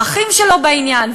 האחים שלו בעניין,